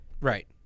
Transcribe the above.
Right